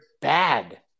bad